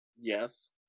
Yes